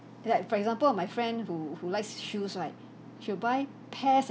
like for example uh my friend who who likes shoes right she'll buy pairs